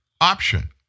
option